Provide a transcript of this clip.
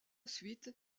suite